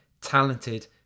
talented